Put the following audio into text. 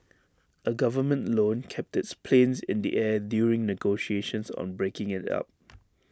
A government loan kept its planes in the air during negotiations on breaking IT up